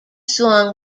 song